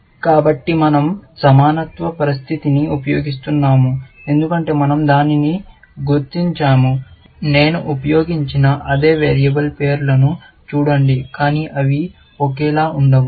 కాబట్టి మన০ సమానత్వ పరిస్థితిని ఉపయోగిస్తున్నాము ఎందుకంటే మన০ దానిని గుర్తించాము నేను ఉపయోగించిన అదే వేరియబుల్ పేర్లను చూడండి కానీ అవి ఒకేలా ఉండవు